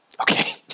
okay